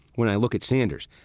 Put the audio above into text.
when i look at sanders,